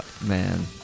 Man